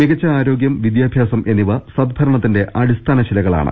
മികച്ച ആരോഗ്യം വിദ്യാഭ്യാസം എന്നിവ സദ്ഭരണത്തിന്റെ അടിസ്ഥാന ശിലകളാണ്